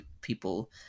people